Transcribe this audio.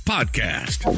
Podcast